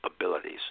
abilities